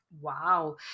Wow